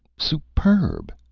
superb!